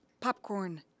popcorn